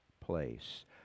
place